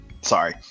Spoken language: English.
Sorry